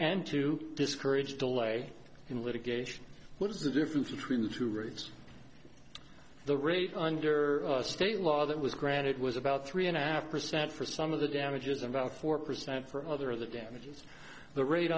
and to discourage delay in litigation what is the difference between the two rigs the rate under state law that was granted was about three and a half percent for some of the damages about four percent for other of the damages the rate